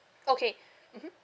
okay mmhmm